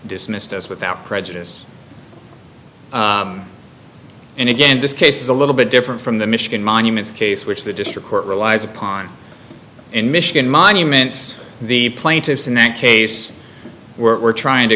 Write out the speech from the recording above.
dismissed as without prejudice and again this case is a little bit different from the michigan monuments case which the district court relies upon in michigan monuments the plaintiffs in a case were trying to